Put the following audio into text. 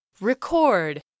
Record